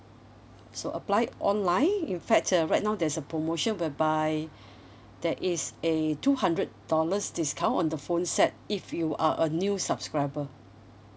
so apply online in fact uh right now there's a promotion whereby there is a two hundred dollars discount on the phone set if you are a new subscriber